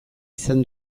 izan